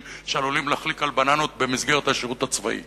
שעלולים להחליק על בננות במסגרת השירות הצבאי